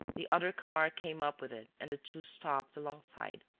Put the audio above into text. the other car came up with it and the two stopped alongside.